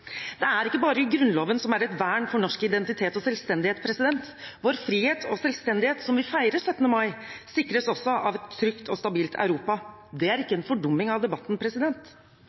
Det er ikke bare Grunnloven som er et vern for norsk identitet og selvstendighet. Vår frihet og selvstendighet, som vi feirer 17. mai, sikres også av et trygt og stabilt Europa. Å si det er ikke en fordumming av debatten.